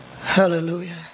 Hallelujah